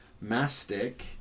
mastic